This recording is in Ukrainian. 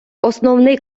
основний